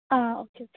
ആ okay okay